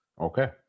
okay